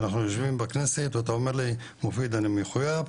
שאנחנו יושבים בכנסת שאתה אומר לי מופיד אני מחויב,